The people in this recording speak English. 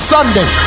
Sunday